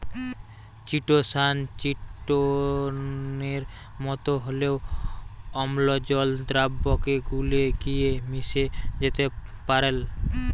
chitosan চিটোনের মতো হলেও অম্লজল দ্রাবকে গুলে গিয়ে মিশে যেতে পারেল